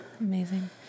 Amazing